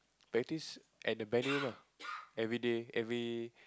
practice at the band room lah everyday every